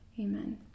Amen